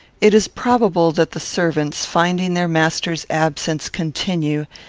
it is probable that the servants, finding their master's absence continue,